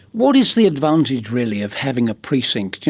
what is the advantage really of having a precinct?